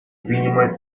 принимать